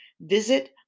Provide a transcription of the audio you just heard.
visit